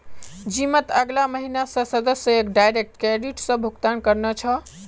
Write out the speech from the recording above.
जिमत अगला महीना स सदस्यक डायरेक्ट क्रेडिट स भुक्तान करना छ